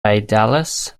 dallas